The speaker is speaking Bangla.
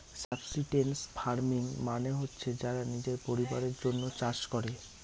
সাবসিস্টেন্স ফার্মিং মানে হচ্ছে যারা নিজের পরিবারের জন্য চাষ করে